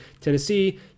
Tennessee